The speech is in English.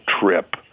trip